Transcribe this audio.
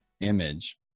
image